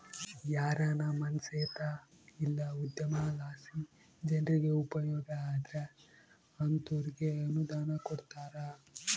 ಯಾರಾನ ಮನ್ಸೇತ ಇಲ್ಲ ಉದ್ಯಮಲಾಸಿ ಜನ್ರಿಗೆ ಉಪಯೋಗ ಆದ್ರ ಅಂತೋರ್ಗೆ ಅನುದಾನ ಕೊಡ್ತಾರ